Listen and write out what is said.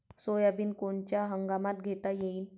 Soybean कोनच्या हंगामात घेता येईन?